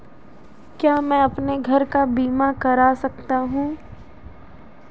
क्या मैं अपने घर का बीमा करा सकता हूँ?